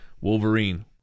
Wolverine